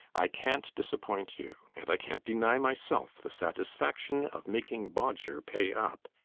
i can't disappoint you and i can't deny myself the satisfaction of making bodger pay up.